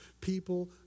people